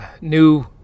new